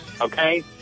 Okay